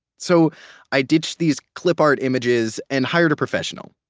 so i ditched these clip art images and hired a professional,